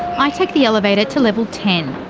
i take the elevator to level ten,